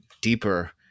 deeper